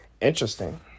interesting